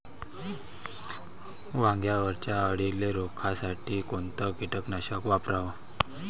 वांग्यावरच्या अळीले रोकासाठी कोनतं कीटकनाशक वापराव?